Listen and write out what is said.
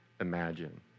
imagine